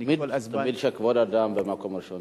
תמיד טוב שכבוד האדם במקום הראשון.